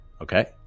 Okay